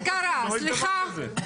אביר קארה, סליחה.